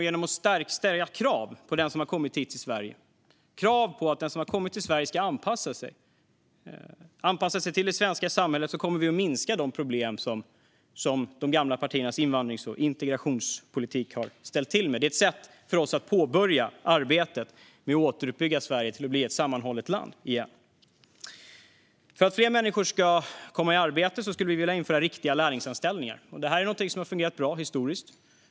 Genom att minska invandringen och genom att ställa krav på att den som har kommit till Sverige ska anpassa sig till det svenska samhället kommer vi att minska de problem som de gamla partiernas invandrings och integrationspolitik har ställt till med. Det är ett sätt för oss att påbörja arbetet med att återuppbygga Sverige till att bli ett sammanhållet land igen. För att fler människor ska komma i arbete skulle vi vilja införa riktiga lärlingsanställningar. Det här är någonting som har fungerat bra historiskt.